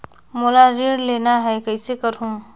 मोला ऋण लेना ह, कइसे करहुँ?